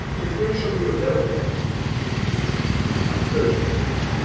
if there shall be a railway accident, continued peppino, on thursday night,